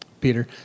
Peter